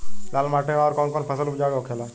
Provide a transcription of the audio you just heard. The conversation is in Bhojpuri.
लाल माटी मे आउर कौन कौन फसल उपजाऊ होखे ला?